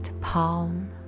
palm